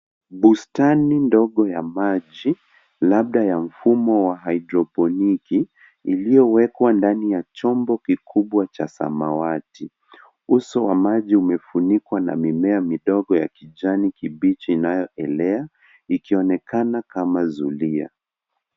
Bustani ndogo ya maji, labda ya mfumo wa haidroponiki, ilioyowekwa ndani ya chombo kikubwa cha samawati. Uso wa maji umefunikwa na mimea midogo ya kijani kibichi inayoelea, ikionekana kama zulia.